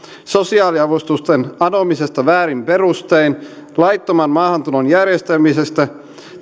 sosiaaliavustusten anomisesta väärin perustein laittoman maahantulon järjestämisestä